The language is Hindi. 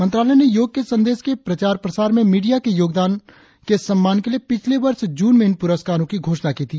मंत्रालय ने योग के संदेश के प्रचार प्रसार में मीडिया के योगदान के सम्मान के लिए पिछले वर्ष जून में इन पुरस्कारों की घोषणा की थी